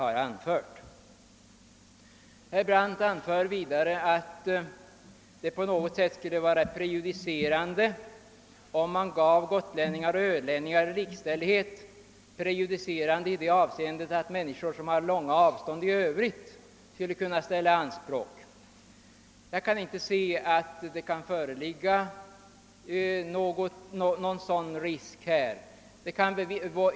Herr Brandt anförde vidare att det skulle bli prejudicerande om man gåve gotlänningar och ölänningar likställighet; andra människor som har långa avstånd skulle kunna ställa samma anspråk. Jag kan inte inse att det föreligger någon sådan möjlighet.